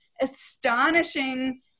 astonishing